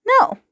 no